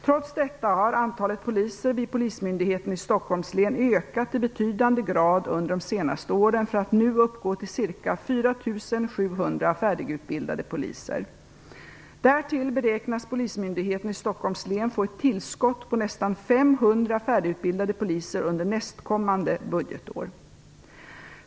Trots detta har antalet poliser vid Polismyndigheten i Stockholms län ökat i betydande grad under de senaste åren, för att nu uppgå till ca 4 700 färdigutbildade poliser. Därtill beräknas Polismyndigheten i Stockholms län få ett tillskott på nästan 500 färdigutbildade poliser under nästkommande budgetår.